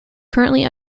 currently